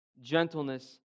gentleness